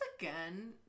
again